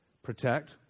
Protect